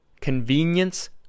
Convenience